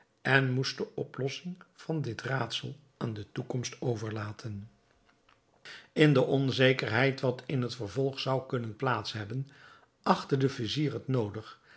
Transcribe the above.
en moest de oplossing van dit raadsel aan de toekomst overlaten in de onzekerheid wat in het vervolg zou kunnen plaats hebben achtte de vizier het noodig